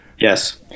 Yes